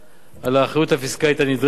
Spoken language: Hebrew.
על האחריות הפיסקלית הנדרשת,